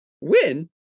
win